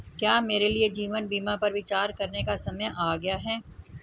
क्या मेरे लिए जीवन बीमा पर विचार करने का समय आ गया है?